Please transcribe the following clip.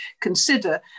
consider